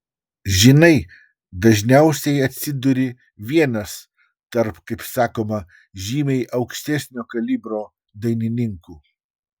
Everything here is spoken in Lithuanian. žinai dažniausiai atsiduri vienas tarp kaip sakoma žymiai aukštesnio kalibro dainininkų